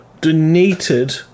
donated